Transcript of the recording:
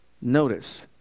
Notice